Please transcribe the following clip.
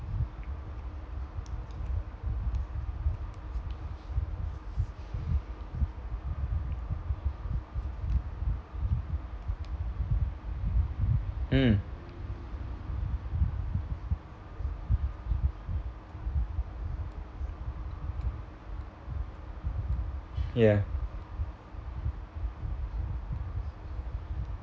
mm ya